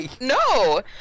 no